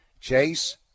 Chase